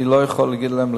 אני לא יכול להגיד להם,